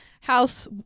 House